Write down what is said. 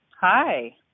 Hi